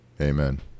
Amen